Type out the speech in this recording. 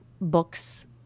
books